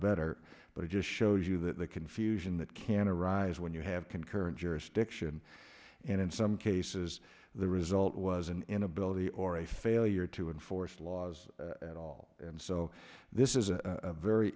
better but it just shows you that the confusion that can arise when you have concurrent jurisdiction and in some cases the result was an inability or a failure to enforce laws at all and so this is a very